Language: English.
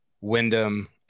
Wyndham